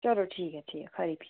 चलो ठीक ऐ ठीक ऐ खरी फ्ही